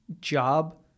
job